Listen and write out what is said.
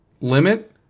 limit